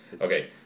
Okay